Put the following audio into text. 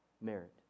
merit